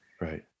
Right